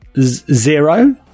zero